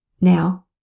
Now